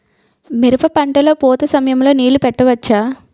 మిరప పంట లొ పూత సమయం లొ నీళ్ళు పెట్టవచ్చా?